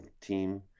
team